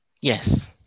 Yes